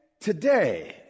today